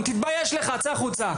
תתבייש לך, צא החוצה.